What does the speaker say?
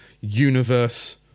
universe